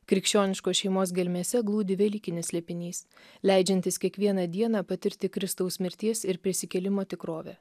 krikščioniškos šeimos gelmėse glūdi velykinis slėpinys leidžiantis kiekvieną dieną patirti kristaus mirties ir prisikėlimo tikrovę